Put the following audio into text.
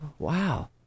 Wow